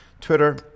Twitter